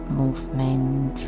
movement